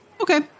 Okay